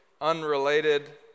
unrelated